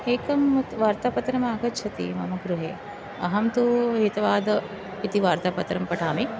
एकं वार्तापत्रम् आगच्छति मम गृहे अहं तु हितवादः इति वार्तापत्रं पठामि